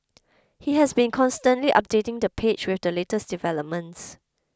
he has been constantly updating the page with the latest developments